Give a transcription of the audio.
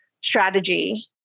strategy